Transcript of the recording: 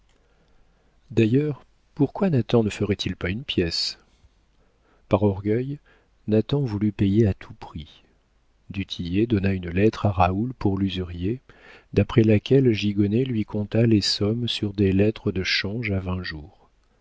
d'ailleurs pourquoi nathan ne ferait-il pas une pièce par orgueil nathan voulut payer à tout prix du tillet donna une lettre à raoul pour l'usurier d'après laquelle gigonnet lui compta les sommes sur des lettres de change à vingt jours